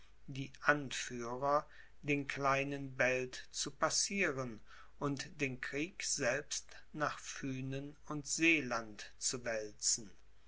die anführer den kleinen belt zu passieren und den krieg selbst nach fühnen und seeland zu wälzen